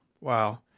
Wow